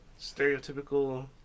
stereotypical